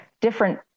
different